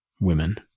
women